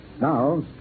Now